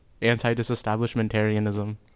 anti-disestablishmentarianism